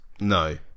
No